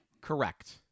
Correct